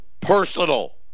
personal